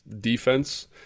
defense